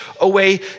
away